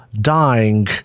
dying